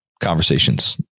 conversations